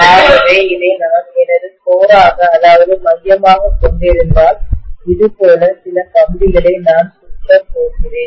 ஆகவே இதை நான் எனது கோராக மையமாகக் கொண்டிருந்தால் இதுபோன்ற சில கம்பிகளை நான் சுற்றப் போகிறேன்